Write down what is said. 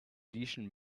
lieschen